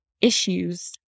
issues